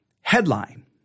Headline